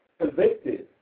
convicted